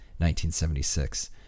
1976